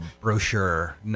brochure